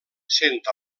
sent